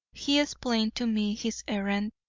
he explained to me his errand,